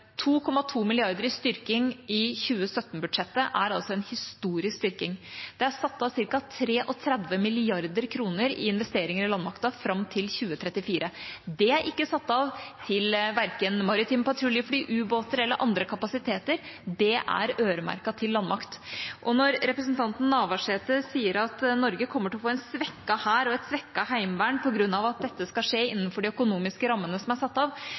2,2 mrd. kr i styrking i 2017-budsjettet er en historisk styrking. Det er satt av ca. 33 mrd. kr til investeringer i landmakten fram til 2034. Det er ikke satt av til verken maritime patruljefly, ubåter eller andre kapasiteter, det er øremerket til landmakt. Og når representanten Navarsete sier at Norge kommer til å få en svekket hær og et svekket heimevern på grunn av at dette skal skje innenfor de økonomiske rammene som er satt av,